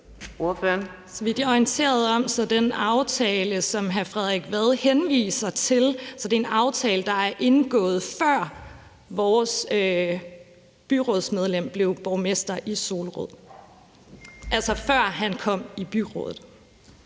jeg er orienteret, er den aftale, som hr. Frederik Vad henviser til, en aftale, der er indgået, før vores byrådsmedlem blev borgmester i Solrød – altså før han kom i byrådet.